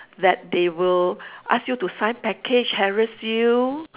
that they will ask you to sign package harass you